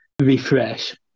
refresh